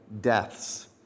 deaths